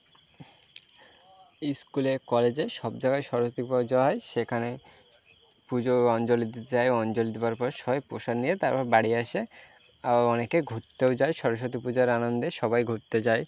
স্কুলে কলেজে সব জায়গায় সরস্বতী পুজো হয় সেখানে পুজো অঞ্জলি দিতে যায় অঞ্জলি দেবার পরে সবাই প্রসাদ নিয়ে তারপর বাড়ি আসে আবার অনেকে ঘুরতেও যায় সরস্বতী পূজার আনন্দে সবাই ঘুরতে যায়